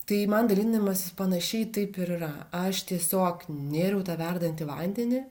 tai man dalindamasi panašiai taip ir yra aš tiesiog nėriau į tą verdantį vandenį